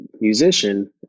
musician